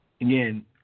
again